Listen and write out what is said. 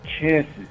chances